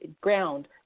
Ground